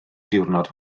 diwrnod